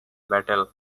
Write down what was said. battle